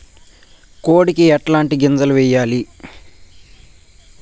కోడికి ఎట్లాంటి గింజలు వేయాలి?